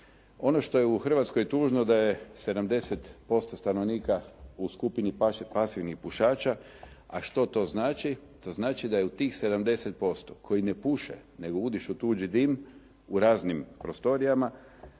Ono što je u Hrvatskoj tužno da je 70% stanovnika u skupini pasivnih pušača, a što to znači. To znači da je u tih 70% koji ne puše, nego udišu tuđi dim u raznim prostorijama